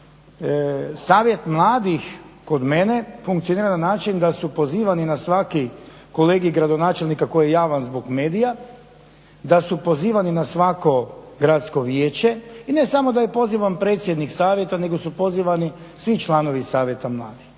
Savjet mladih kod mene funkcionira na način da su pozivani na svaki kolegij gradonačelnika koji je javan zbog medija, da su pozivani na svako Gradsko vijeće i ne samo da je pozivan predsjednik Savjeta, nego su pozivani svi članovi Savjeta mladih.